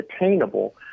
attainable